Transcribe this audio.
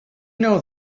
know